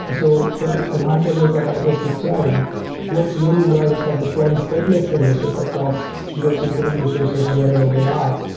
so the advantages that i just described work really well for deploying stateless services across your computing resources wherever they are.